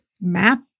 map